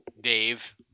Dave